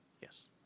Yes